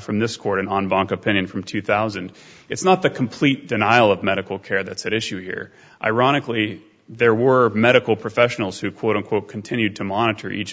from this court on bank opinion from two thousand it's not the complete denial of medical care that's at issue here ironically there were medical professionals who quote unquote continued to monitor each of